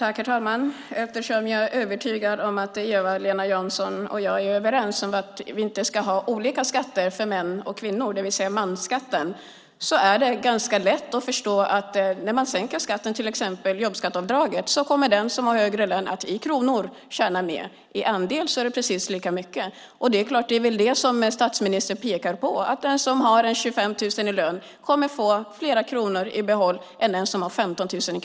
Herr talman! Jag är övertygad om att Eva-Lena Jansson och jag är överens om att vi inte ska ha olika skatter för män och kvinnor, det vill säga mansskatten. Då är det ganska lätt att förstå att när man sänker skatten, till exempel genom jobbskatteavdraget, kommer den som har högre lön att i kronor tjäna mer. I andel är det precis lika mycket. Det var det som statsministern pekade på. Den som har 25 000 i lön kommer att få fler kronor i behåll än den som har 15 000.